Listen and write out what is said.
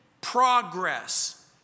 progress